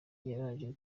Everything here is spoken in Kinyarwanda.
yaraje